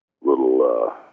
little